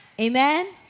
Amen